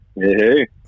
Hey